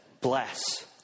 Bless